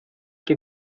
que